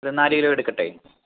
ഇത് നാല് കിലോ എടുക്കട്ടേ